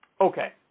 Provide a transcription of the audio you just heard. Okay